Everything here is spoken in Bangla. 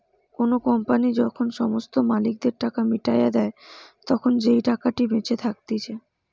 কোনো কোম্পানি যখন সমস্ত মালিকদের টাকা মিটাইয়া দেই, তখন যেই টাকাটা বেঁচে থাকতিছে